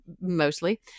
mostly